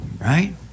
right